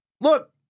Look